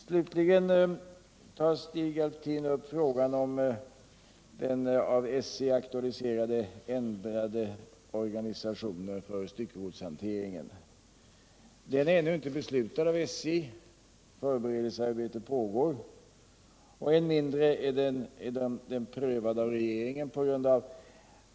Slutligen tar Stig Alftin upp frågan om den av SJ aktualiserade ändrade organisationen för styckegodshanteringen. Den är ännu inte beslutad av SJ — förberedelsearbete pågår — och än mindre är den prövad av regeringen.